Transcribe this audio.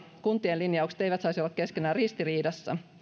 kuntien linjaukset eivät saisi olla keskenään ristiriidassa